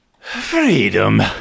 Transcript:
Freedom